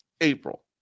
April